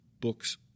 Books